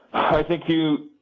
i think you.